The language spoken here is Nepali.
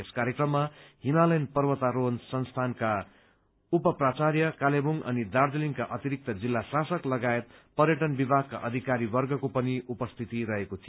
यस कार्यक्रममा हिमालयण पर्वतारोहण संस्थानका उप प्राचार्य कालेबुङ अनि दार्जीलिङका अतिरिक्त जिल्ला शासक लगायत पर्यटन विभागका अधिकारीवर्गको पनि उपस्थिति रहेको थियो